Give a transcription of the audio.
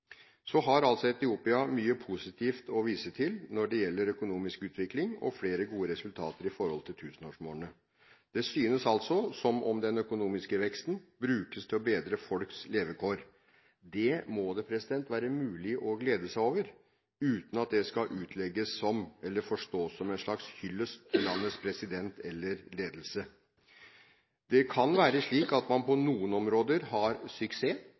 Så har Etiopia mye positivt å vise til når det gjelder økonomisk utvikling og flere gode resultater i forhold til tusenårsmålene. Det synes som om den økonomiske veksten brukes til å bedre folks levekår. Det må det være mulig å glede seg over uten at det skal utlegges som, eller forstås som, en slags hyllest til landets president eller ledelse. Det kan være slik at man på noen områder har suksess,